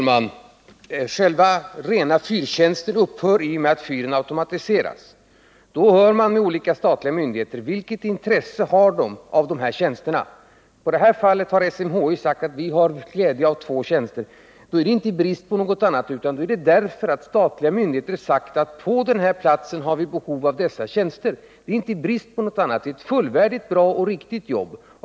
Herr talman! Den rena fyrtjänsten upphör i och med att fyren automatiseras. Man har då hört med olika statliga myndigheter vilket intresse de har av denna personal. I detta fall har SMHI sagt att man har glädje av två tjänster. Man har alltså inte fått dessa uppgifter i brist på någonting annat utan därför 173 att statliga myndigheter har sagt att det på denna plats finns behov av tjänsterna. Det är ett fullvärdigt, bra och riktigt jobb.